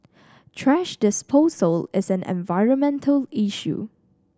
thrash disposal is an environmental issue